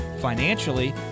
financially